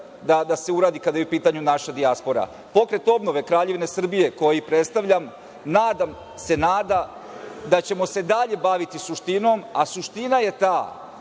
da se uradi kada je u pitanju naša dijaspora. Pokret obnove Kraljevine Srbije, koji predstavljam, se nada da ćemo se dalje baviti suštinom, a suština je ta